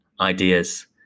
ideas